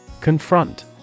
Confront